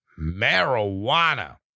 marijuana